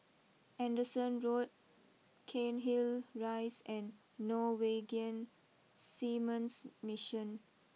Anderson Road Cairnhill Rise and Norwegian Seamens Mission